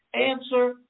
answer